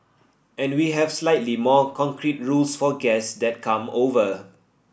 and we have slightly more concrete rules for guests that come over